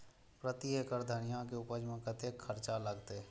प्रति एकड़ धनिया के उपज में कतेक खर्चा लगते?